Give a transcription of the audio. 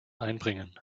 einbringen